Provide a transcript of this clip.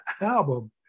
album